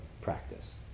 practice